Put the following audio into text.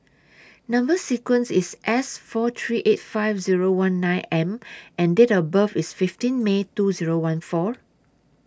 Number sequence IS S four three eight five Zero one nine M and Date of birth IS fifteen May two Zero one four